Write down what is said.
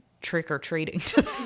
trick-or-treating